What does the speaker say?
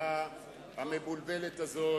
לממשלה המבולבלת הזאת,